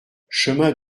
chemin